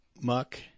muck